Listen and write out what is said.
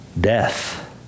Death